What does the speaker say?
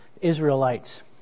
Israelites